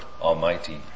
Almighty